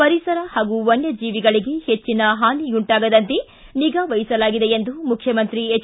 ಪರಿಸರ ಹಾಗೂ ವನ್ನಜೀವಿಗಳಗೆ ಹೆಚ್ಚಿನ ಹಾನಿಯುಂಟಾಗದಂತೆ ನಿಗಾ ವಹಿಸಲಾಗಿದೆ ಎಂದು ಮುಖ್ಯಮಂತ್ರಿ ಎಚ್